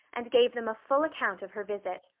and gave them a full account of her visit.